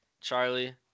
Charlie